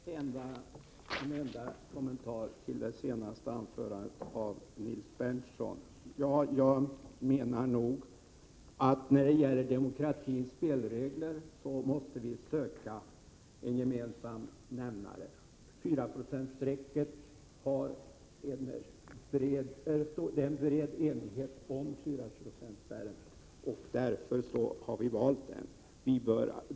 Herr talman! En enda kommentar till det senaste anförandet av Nils Berndtson. När det gäller demokratins spelregler menar jag att vi måste söka en gemensam nämnare. Det är en bred enighet om 4-procentsspärren, och därför har vi valt den.